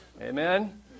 amen